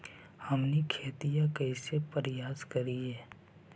हमनी खेतीया कइसे परियास करियय?